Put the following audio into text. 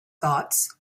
thoughts